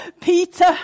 Peter